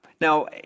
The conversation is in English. Now